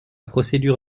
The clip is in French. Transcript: procédure